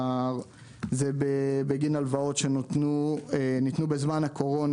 זה בגין הלוואות שניתנו בזמן הקורונה.